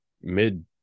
mid